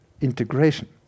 integration